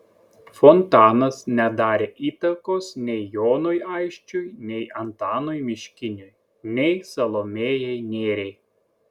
fontanas nedarė įtakos nei jonui aisčiui nei antanui miškiniui nei salomėjai nėriai